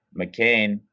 McCain